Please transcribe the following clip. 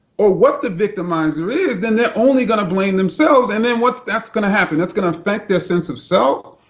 or what the victimizer is, then they are only going to blame themselves. and then that's going to happen. that's going to affect their sense of self.